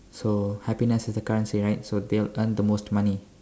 so happiness is a currency right so they'll earn the most money